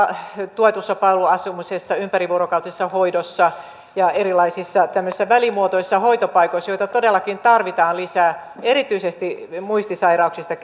tuetussa palveluasumisessa ympärivuorokautisessa hoidossa ja erilaisissa välimuotoisissa hoitopaikoissa joita todellakin tarvitaan lisää erityisesti muistisairauksista